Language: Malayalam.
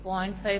5 0